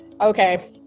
Okay